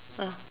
ah